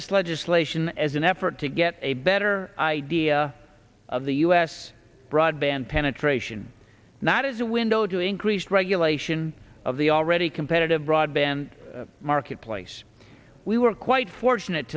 this legislation as an effort to get a better idea of the u s broadband penetration not as a window to encrease regulation of the already competitive broadband marketplace we were quite fortunate